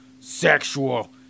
sexual